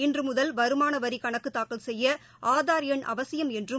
இன்று முதல் வருமானவரி கணக்கு தாக்கல் செய்ய ஆதார் எண் அவசியம் என்றும்